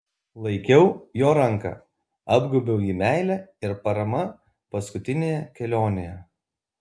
laikiau jo ranką apgaubiau jį meile ir parama paskutinėje kelionėje